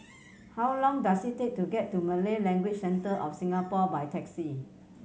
how long does it take to get to Malay Language Centre of Singapore by taxi